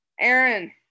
Aaron